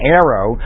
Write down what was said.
arrow